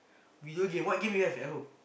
video game what game you have at home